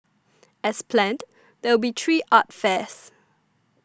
as planned there will be three art fairs